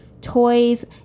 toys